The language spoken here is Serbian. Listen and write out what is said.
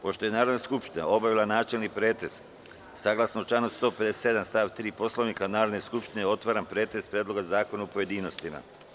Pošto je Narodna skupština obavila načelni pretres saglasno članu 157. stav 3. Poslovnika Narodne skupštine, otvaram pretres Predloga zakona u pojedinostima.